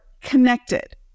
connected